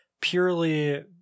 Purely